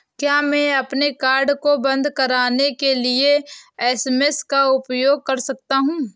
क्या मैं अपने कार्ड को बंद कराने के लिए एस.एम.एस का उपयोग कर सकता हूँ?